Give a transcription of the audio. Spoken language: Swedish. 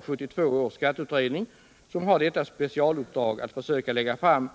1972 års skatteutredning har nämligen specialuppdraget att försöka lägga fram